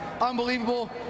unbelievable